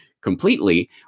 completely